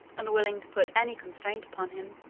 unwilling to put any constraint upon him,